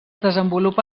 desenvolupa